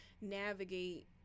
navigate